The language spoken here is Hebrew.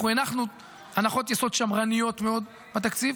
אנחנו הנחנו הנחות יסוד שמרניות מאוד בתקציב.